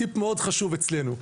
טיפ מאוד חשוב אצלנו,